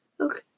Okay